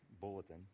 bulletin